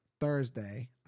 Thursday